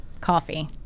Coffee